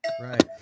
right